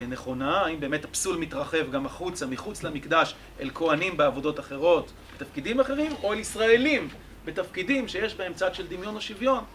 נכונה האם באמת הפסול מתרחב גם החוצה מחוץ למקדש אל כהנים בעבודות אחרות בתפקידים אחרים או אל ישראלים בתפקידים שיש בהם צד של דמיון או שוויון?